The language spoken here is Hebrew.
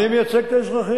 אני מייצג את האזרחים.